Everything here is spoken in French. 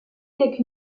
avec